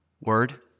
Word